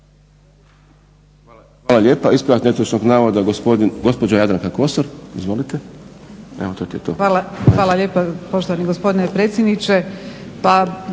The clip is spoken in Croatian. Hvala lijepa. Ispravak netočnog navoda, gospođa Jadranka Kosor. Izvolite. **Kosor, Jadranka (HDZ)** Hvala lijepa, poštovani gospodine predsjedniče.